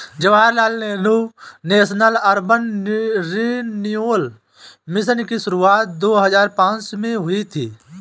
Jawaharlal Nehru national urban renewal mission की शुरुआत दो हज़ार पांच में हुई थी